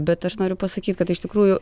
bet aš noriu pasakyt kad iš tikrųjų